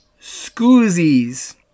Scoozies